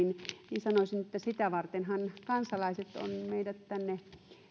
niin sanoisin että sitä vartenhan kansalaiset ovat meidät tänne